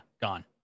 gone